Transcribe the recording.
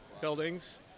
buildings